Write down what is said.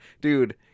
Dude